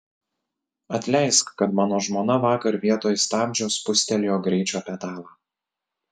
atleisk kad mano žmona vakar vietoj stabdžio spustelėjo greičio pedalą